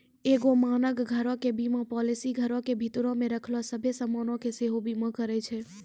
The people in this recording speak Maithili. एगो मानक घरो के बीमा पालिसी घरो के भीतरो मे रखलो सभ्भे समानो के सेहो बीमा करै छै